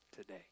today